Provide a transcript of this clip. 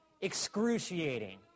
excruciating